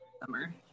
summer